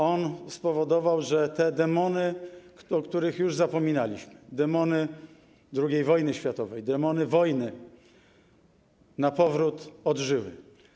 On spowodował, że demony, o których już zapominaliśmy, demony II wojny światowej, demony wojny, na powrót odżyły.